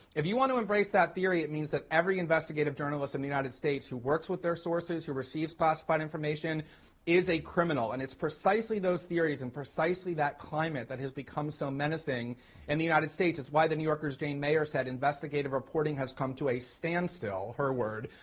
if you want to embrace that theory, it means every investigative journalist in the united states who works with their sources, who receives classified information is a criminal. and it's precisely those theories and precisely that climate that has become so menacing in and the united states. it's why the new yorker's jane mayer said investigative reporting has come to a standstill, her word,